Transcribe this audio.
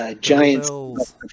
Giants